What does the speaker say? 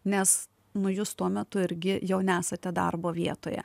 nes nu jūs tuo metu irgi jau nesate darbo vietoje